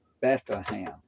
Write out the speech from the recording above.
Bethlehem